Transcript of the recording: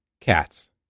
Cats